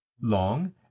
long